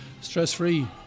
stress-free